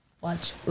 Watch